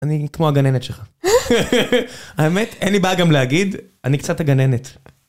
אני כמו הגננת שלך. האמת, אין לי בעיה להגיד, אני קצת הגננת.